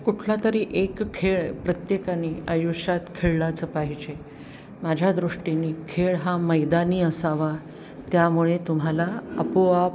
कुठला तरी एक खेळ प्रत्येकाने आयुष्यात खेळलाचं पाहिजे माझ्या दृष्टीने खेळ हा मैदानी असावा त्यामुळे तुम्हाला आपोआप